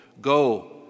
go